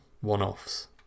one-offs